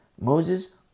Moses